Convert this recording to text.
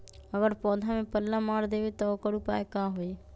अगर पौधा में पल्ला मार देबे त औकर उपाय का होई?